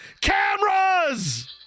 cameras